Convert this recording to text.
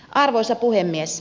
arvoisa puhemies